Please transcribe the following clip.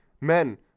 men